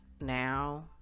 now